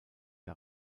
der